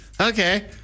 Okay